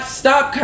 stop